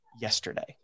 yesterday